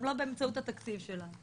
גם לא באמצעות התקציב שלנו.